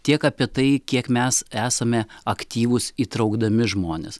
tiek apie tai kiek mes esame aktyvūs įtraukdami žmones